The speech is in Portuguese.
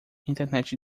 internet